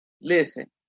listen